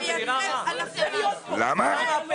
למה?